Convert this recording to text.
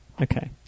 Okay